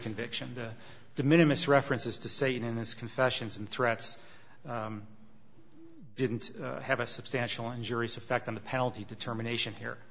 conviction de minimus references to say it in his confessions and threats didn't have a substantial injurious effect on the penalty determination here